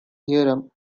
theorem